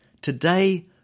Today